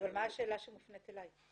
אבל מה השאלה שמופנית אלי?